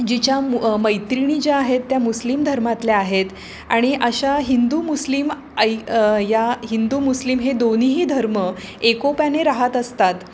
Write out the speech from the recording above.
जिच्या मु मैत्रिणी ज्या आहेत त्या मुस्लिम धर्मातल्या आहेत आणि अशा हिंदू मुस्लिम ऐ या हिंदू मुस्लिम हे दोन्हीही धर्म एकोप्याने राहत असतात